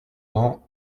temps